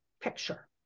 picture